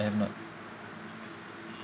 I have not